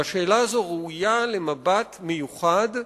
והשאלה הזאת ראויה למבט מיוחד,